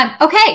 Okay